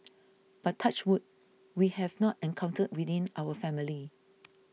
but touch wood we have not encountered within our family